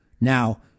Now